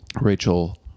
Rachel